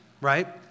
right